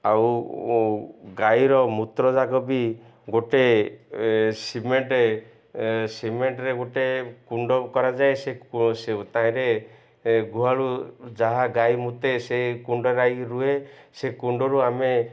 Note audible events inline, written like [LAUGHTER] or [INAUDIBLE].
ଆଉ [UNINTELLIGIBLE] ଗାଈର ମୂତ୍ର ଯାକ ବି ଗୋଟେ ସିମେଣ୍ଟ୍ ସିମେଣ୍ଟ୍ରେ ଗୋଟେ କୁଣ୍ଡ କରାଯାଏ [UNINTELLIGIBLE] ସେ ତାହିଁରେ ଗୁହାଳୁ ଯାହା ଗାଈ ମୁତେ ସେ କୁଣ୍ଡରେ ଆଇ ରୁହେ ସେ କୁଣ୍ଡରୁ ଆମେ